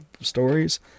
stories